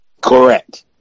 Correct